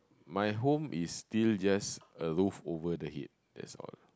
my home is still just a roof over the head that's all